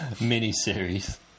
Mini-series